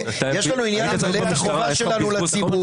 איזה בזבוז,